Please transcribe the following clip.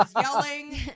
yelling